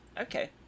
Okay